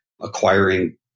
acquiring